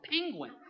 penguin